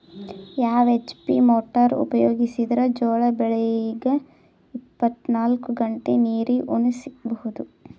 ಯಾವ HP motor ಉಪಯೋಗಿಸಿದರ ಜೋಳ ಬೆಳಿಗ ಇಪ್ಪತ ನಾಲ್ಕು ಗಂಟೆ ನೀರಿ ಉಣಿಸ ಬಹುದು?